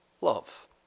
Love